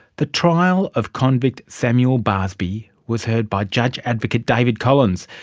the trial of convict samuel barsby was heard by judge advocate david collins,